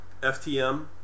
FTM